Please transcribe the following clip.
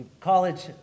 college